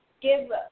Give